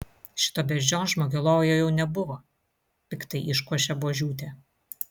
šito beždžionžmogio lovoje jau nebuvo piktai iškošė buožiūtė